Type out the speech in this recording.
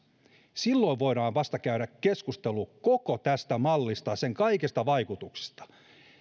voidaan käydä keskustelu koko tästä mallista ja sen kaikista vaikutuksista